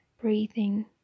breathing